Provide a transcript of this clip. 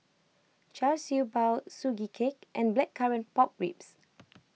Char Siew Bao Sugee Cake and Blackcurrant Pork Ribs